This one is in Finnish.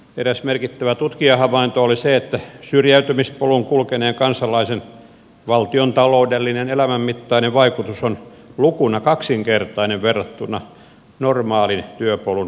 eräs merkittävä tutkijahavainto oli se että syrjäytymispolun kulkeneen kansalaisen taloudellinen elämänmittainen vaikutus valtioon on lukuna kaksinkertainen verrattuna normaalin työpolun kulkeneeseen kansalaiseen